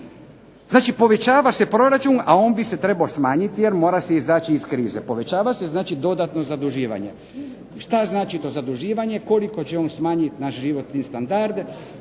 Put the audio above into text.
Znači povećava se proračun, a on bi se trebao smanjiti jer mora se izaći iz krize. Povećava se znači dodatno zaduživanjem. Što znači to zaduživanje, koliko će on smanjiti naš životni standard,